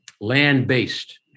land-based